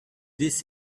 this